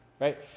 right